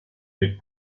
mit